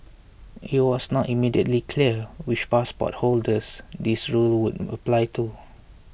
it was not immediately clear which passport holders this rule would apply to